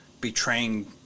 betraying